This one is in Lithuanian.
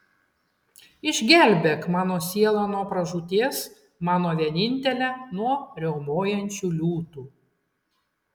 išgelbėk mano sielą nuo pražūties mano vienintelę nuo riaumojančių liūtų